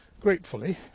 gratefully